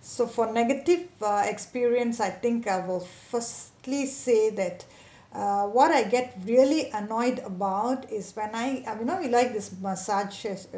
so for negative ah experience I think I'll go first please say that uh what I get really annoyed about is when I I'm now in like with this massage is